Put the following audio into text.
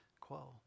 quo